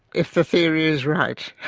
if the theory is right,